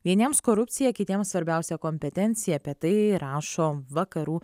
vieniems korupcija kitiems svarbiausia kompetencija apie tai rašo vakarų